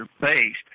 based